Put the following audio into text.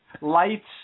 Lights